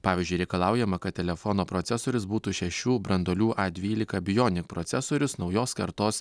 pavyzdžiui reikalaujama kad telefono procesorius būtų šešių branduolių a dvylika bijonik procesorius naujos kartos